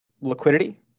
liquidity